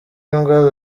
imbwa